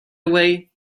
away